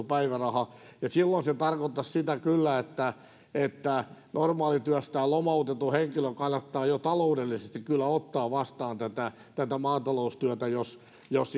päiväraha silloin se tarkoittaisi sitä kyllä että että normaalityöstään lomautetun henkilön kannattaa jo taloudellisesti ottaa vastaan tätä tätä maataloustyötä jos jos